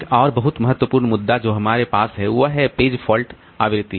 एक और बहुत महत्वपूर्ण मुद्दा जो हमारे पास है वह है पेज फॉल्ट आवृत्ति